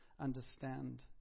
understand